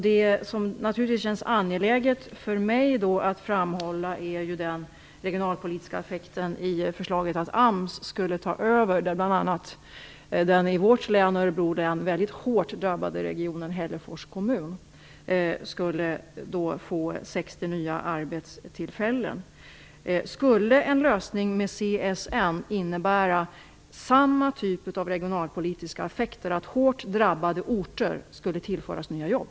Det som naturligtvis känns angeläget för mig att framhålla är den regionalpolitiska effekten i förslaget att AMS skulle ta över. Bl.a. den i vårt län, Örebro län, mycket hårt drabbade regionen Hällefors kommun skulle då få 60 nya arbetstillfällen. Skulle en lösning med CSN innebära samma typ av regionalpolitiska effekter, att hårt drabbade orter skulle tillföras nya jobb?